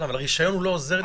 אבל הרישיון לא עוזר לי,